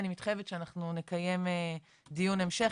אני מתחייבת שאנחנו נקיים דיון המשך,